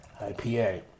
IPA